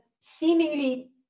seemingly